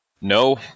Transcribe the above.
No